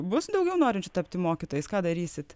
bus daugiau norinčių tapti mokytojais ką darysit